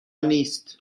نیست